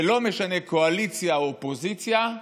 ולא משנה קואליציה או אופוזיציה,